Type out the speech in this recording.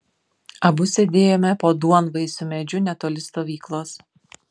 abu sėdėjome po duonvaisiu medžiu netoli stovyklos